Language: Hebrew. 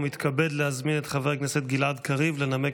אני מתכבד להזמין את חבר הכנסת גלעד קריב לנמק